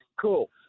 cool